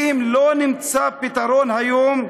ואם לא נמצא פתרון היום,